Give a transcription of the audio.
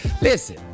Listen